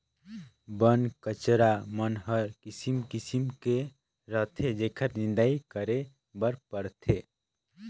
बन कचरा मन हर किसिम किसिम के रहथे जेखर निंदई करे बर परथे